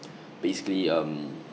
basically um